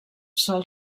sol